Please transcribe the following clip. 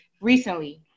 recently